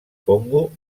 congo